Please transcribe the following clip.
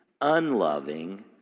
unloving